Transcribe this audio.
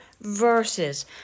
verses